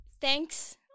Thanks